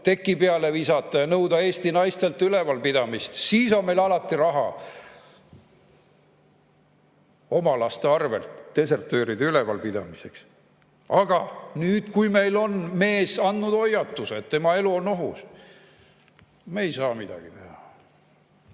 teki peale visata ja nõuda Eesti naistelt ülevalpidamist. Siis on meil alati raha. Oma laste arvel desertööride ülevalpidamiseks. Aga nüüd, kui meil on mees andnud hoiatuse, et tema elu on ohus, me ei saa midagi teha.